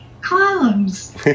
columns